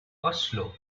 oslo